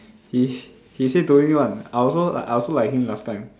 he's he say don't need [one] I also I also like him last time